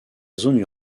zone